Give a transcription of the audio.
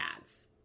ads